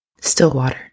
Stillwater